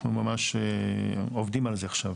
אנחנו ממש עובדים על זה עכשיו,